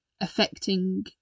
affecting